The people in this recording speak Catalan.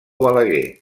balaguer